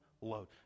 load